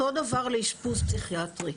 אותו דבר לגבי אשפוז פסיכיאטרי.